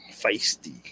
feisty